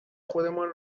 خودمان